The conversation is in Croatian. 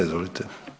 Izvolite.